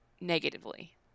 negatively